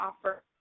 offer